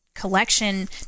collection